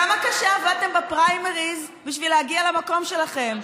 כמה קשה עבדתם בפריימריז בשביל להגיע למקום שלכם?